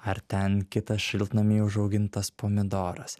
ar ten kitas šiltnamyje užaugintas pomidoras